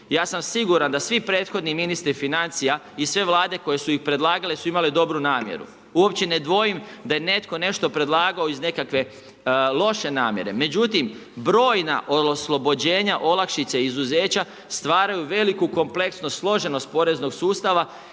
ja sam siguran da svi prethodni ministri financija i sve Vlade koje su ih predlagale su imale dobru namjeru. Uopće ne dvojim da je netko nešto predlagao iz nekakve loše namjere. Međutim, brojna oslobođenja olakšice i izuzeća stvaraju veliku kompleksnost, složenost poreznog sustava